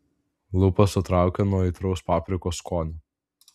lūpas sutraukė nuo aitraus paprikos skonio